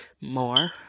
more